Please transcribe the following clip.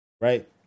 Right